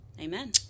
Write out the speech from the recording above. Amen